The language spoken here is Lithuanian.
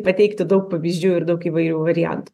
pateikti daug pavyzdžių ir daug įvairių variantų